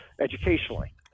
educationally